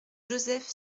joseph